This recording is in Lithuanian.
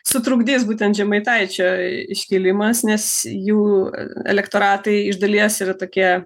sutrukdys būtent žemaitaičio iškėlimas nes jų elektoratai iš dalies yra tokie